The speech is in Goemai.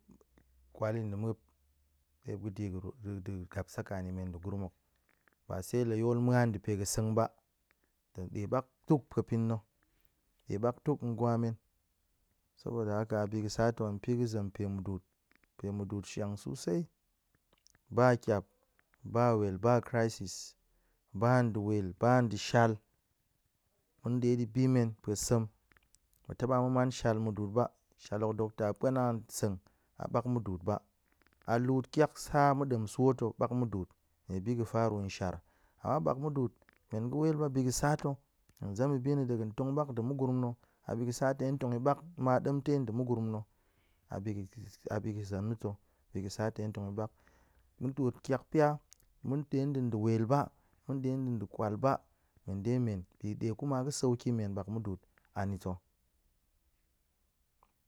Kwal yi nɗe muop ɗe gap sakani men nde gurum hok, ba se la yol muan ndepe ga̱ seng ba tong de ɓak duk pae pin na̱, ɗe ɓak duk ngwa men sobod haka hen pi ga̱ zem pae mudu'ut pae mudʊut shiang susai, ba kiap, ba wel, ba crisis, ba nɗe wel, ba nɗe shal mun de di bi men npae sa̱m. mu taba mu man shal mudu'ut ba, shal hok dok ta puanang an seng a ɓak mudu'ut bak, a lut kiak sa mu ɗem swo to ɓak mudu'ut, nie bi ga̱ faru nshar. Ama ɓak mudu'ut men ga̱ wel ba bi ga̱ sa to hen zem yi bi na̱ ɗe ga̱n tong ɓak nɗe mugurum na̱, a bi gə sa to hen tong yi ma ɓak ɗemtai nɗe mugurum na̱ a bi-ga̱ a bi ga̱ zem na̱ ta̱, a bi ga̱ sa ta̱ hen tong yi ɓak. Mun twot tiak pia mun ɗe ɗa̱a̱n ɗe wel ba, mun ɗe ɗa̱a̱n kwal ba, men ɗe men bi kuma ga̱ sauki men ɓak mudu'ut. anita̱